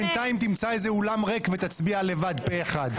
בינתיים תמצא איזה אולם ריק ותצביע לבד פה אחד.